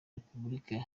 repubulika